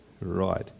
right